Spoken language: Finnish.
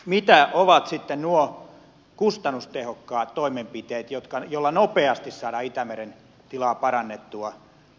mitä ovat sitten nuo kustannustehokkaat toimenpiteet joilla nopeasti saadaan itämeren tilaa parannettua